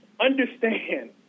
understand